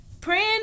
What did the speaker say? praying